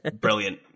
brilliant